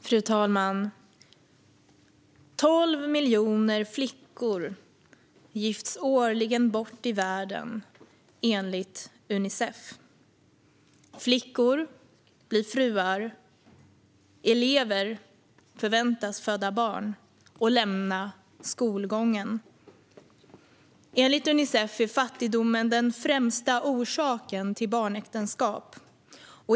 Fru talman! 12 miljoner flickor gifts årligen bort i världen, enligt Unicef. Flickor blir fruar. Elever förväntas föda barn och lämna skolgången. Enligt Unicef är fattigdom den främsta orsaken till barnäktenskap.